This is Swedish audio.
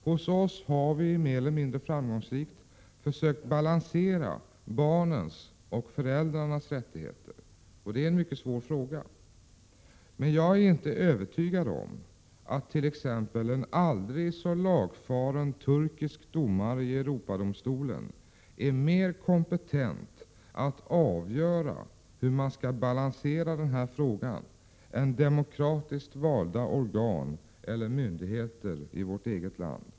Hos oss har vi mer eller mindre framgångsrikt försökt balansera barnens och föräldrarnas rättigheter. Det är en mycket svår fråga, men jag är inte övertygad om att en aldrig så lagfaren turkisk domare i Europadomstolen är mer kompetent att avgöra hur man skall balansera den här frågan än demokratiskt valda organ eller myndigheter i vårt eget land.